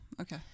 okay